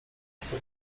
chcę